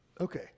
Okay